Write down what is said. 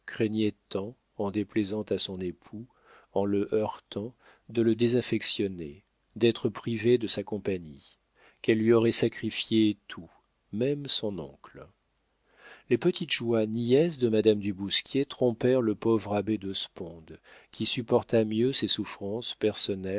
craignait tant en déplaisant à son époux en le heurtant de le désaffectionner d'être privée de sa compagnie qu'elle lui aurait sacrifié tout même son oncle les petites joies niaises de madame du bousquier trompèrent le pauvre abbé de sponde qui supporta mieux ses souffrances personnelles